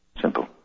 Simple